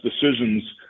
decisions